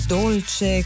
dolce